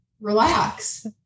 relax